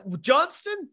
Johnston